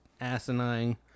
asinine